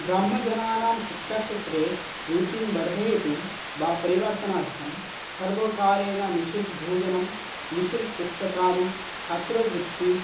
ग्राम्यजनानां शिक्षाक्षेत्रे रुचिं वर्धयितुं वा परिवर्तनार्थं सर्वकारेण निश्शुल्कभोजनं निश्शुल्कपुस्तकानि छात्रवृत्तिः